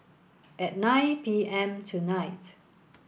at nine P M tonight